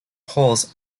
pulse